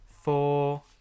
four